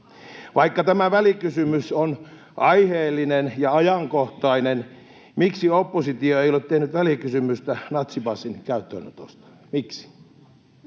Vaikka tämä välikysymys on aiheellinen ja ajankohtainen, miksi oppositio ei ole tehnyt välikysymystä natsipassin käyttöönotosta? Miksi?